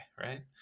right